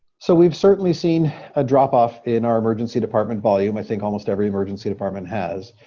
so we've certainly seen a drop off in our emergency department volume. i think almost every emergency department has.